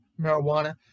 marijuana